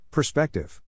Perspective